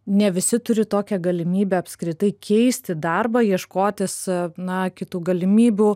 ne visi turi tokią galimybę apskritai keisti darbą ieškotis na kitų galimybių